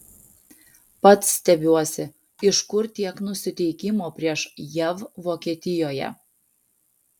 pats stebiuosi iš kur tiek nusiteikimo prieš jav vokietijoje